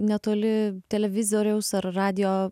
netoli televizoriaus ar radijo